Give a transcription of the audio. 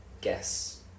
guess